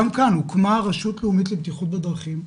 גם כאן הוקמה הרשות הלאומית לבטיחות בדרכים,